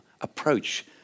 approach